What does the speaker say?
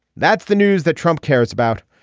that's the news that trump cares about.